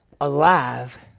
alive